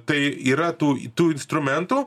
tai yra tų į tų kitų instrumentų